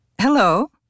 Hello